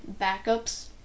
backups